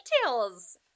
details